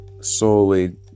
solely